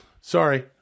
sorry